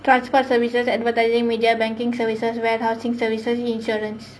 transport services advertising media banking services warehousing services insurance